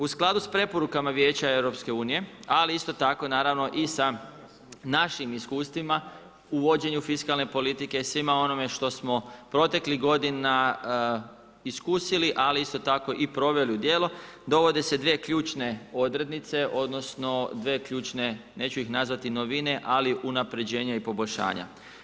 U skladu sa preporukama Vijeća EU ali isto tako naravno i sa našim iskustvima uvođenju fiskalne politike, svime onome što smo proteklih godina iskusili ali isto tako i proveli u djelo, dovode se dvije ključne odrednice odnosno dvije ključne, neću ih nazvati novine ali unapređenja i poboljšanja.